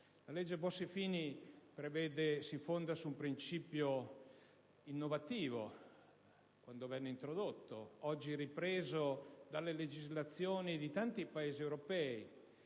La legge Bossi-Fini si fonda su un principio considerato innovativo quando venne introdotto ed oggi ripreso dalle legislazioni di tanti Paesi europei: